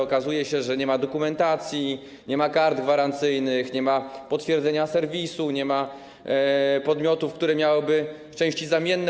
Okazuje się, że nie ma dokumentacji, nie ma kart gwarancyjnych, nie ma potwierdzenia serwisu, nie ma podmiotów, które miałyby udostępniać części zamienne.